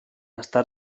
està